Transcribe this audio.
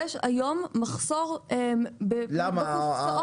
יש היום מחסור בקופסאות כאלה בעולם.